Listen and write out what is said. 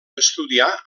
estudià